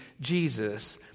Jesus